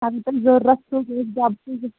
اَدٕ زَن ضوٚرتھ چھُو